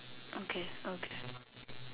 okay okay